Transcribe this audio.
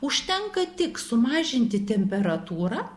užtenka tik sumažinti temperatūrą